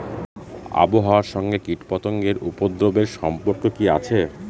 আবহাওয়ার সঙ্গে কীটপতঙ্গের উপদ্রব এর সম্পর্ক কি আছে?